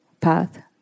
path